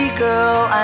girl